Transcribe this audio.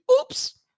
oops